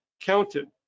counted